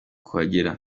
kuhagera